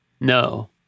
No